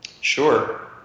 Sure